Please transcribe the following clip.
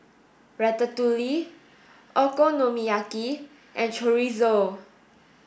Ratatouille Okonomiyaki and Chorizo